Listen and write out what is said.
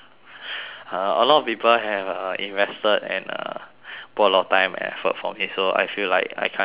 !huh! a lot people have uh invested and uh put a lot of time and effort for me so I feel like I kind of owe them